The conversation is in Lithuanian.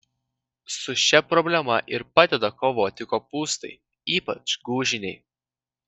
su šia problema ir padeda kovoti kopūstai ypač gūžiniai